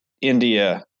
India